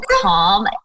calm